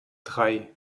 drei